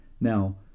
Now